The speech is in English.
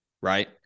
right